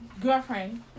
girlfriend